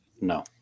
No